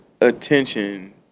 attention